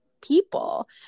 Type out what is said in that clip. people